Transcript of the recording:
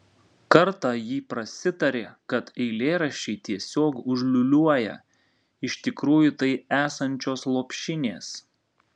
kartą ji prasitarė kad eilėraščiai tiesiog užliūliuoją iš tikrųjų tai esančios lopšinės